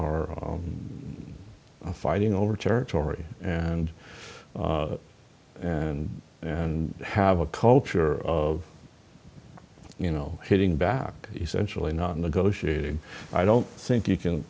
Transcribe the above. are fighting over territory and and and have a culture of you know hitting back essentially not negotiating i don't think you can